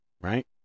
Right